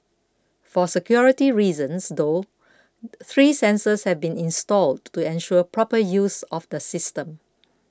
for security reasons though three sensors have been installed to ensure proper use of the system